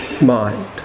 mind